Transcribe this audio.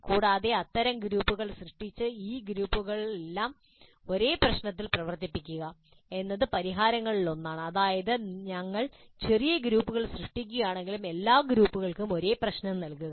കൂടാതെ "അത്തരം ഗ്രൂപ്പുകൾ സൃഷ്ടിച്ച് ഈ ഗ്രൂപ്പുകളെല്ലാം ഒരേ പ്രശ്നത്തിൽ പ്രവർത്തിപ്പിക്കുക" എന്നത് പരിഹാരങ്ങളിലൊന്നാണ് അതായത് നിങ്ങൾ ചെറിയ ഗ്രൂപ്പുകൾ സൃഷ്ടിക്കുകയാണെങ്കിലും എല്ലാ ഗ്രൂപ്പുകൾക്കും ഒരേ പ്രശ്നം നൽകുക